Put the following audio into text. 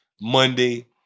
Monday